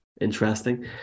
Interesting